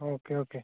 okay okay